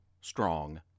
strong